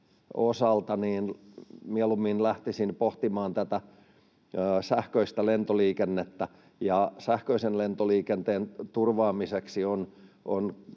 mieluummin lähtisin pohtimaan tätä sähköistä lentoliikennettä. Sähköisen lentoliikenteen turvaamiseksi